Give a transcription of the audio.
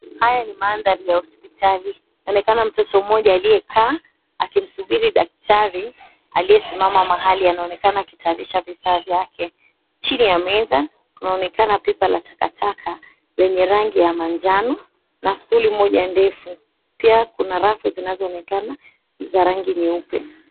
Haya ni mandhari ya hospitali, inaonekana mtoto mmoja aliyekaa, akisubiri daktari aliyekaa mahali anaonekana akitayarisha vifaa vyake. Chini ya meza kunaonekana pipa la takataka lenye rangi ya manjano na dtuli moja refu. Pia kuna rafu zinazoenekana za rangi nyeupe.